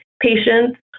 patients